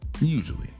Usually